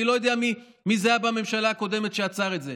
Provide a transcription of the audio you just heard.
אני לא יודע מי בממשלה הקודמת עצר את זה.